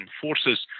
forces